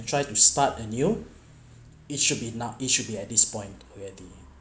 try to start a new it should be no~ it should be at this point where the